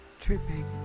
tripping